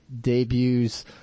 debuts